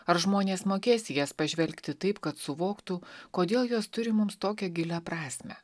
ar žmonės mokės į jas pažvelgti taip kad suvoktų kodėl jos turi mums tokią gilią prasmę